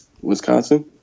Wisconsin